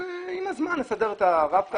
"עם הזמן נסדר את הרב-קו".